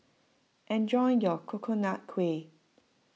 enjoy your Coconut Kuih